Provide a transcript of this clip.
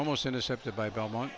almost intercepted by belmont